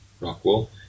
Rockwell